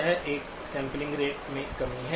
यह एक sampling rate में कमी है